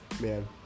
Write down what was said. Man